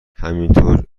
همینطور